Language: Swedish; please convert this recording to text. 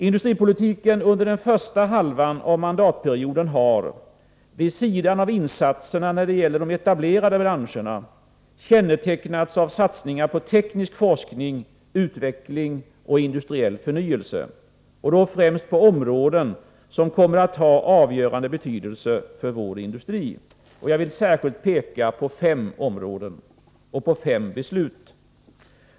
Industripolitiken under den första halvan av mandatperioden har — vid sidan av insatserna när det gäller de etablerade branscherna — kännetecknats av satsningar på teknisk forskning, utveckling och industriell förnyelse, främst på områden som kommer att ha avgörande betydelse för vår industri. Jag vill särskilt peka på fem beslut.